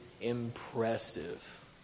impressive